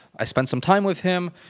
i spent some time with him.